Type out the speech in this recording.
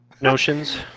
notions